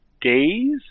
days